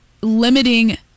limiting